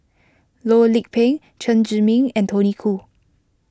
Loh Lik Peng Chen Zhiming and Tony Khoo